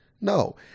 No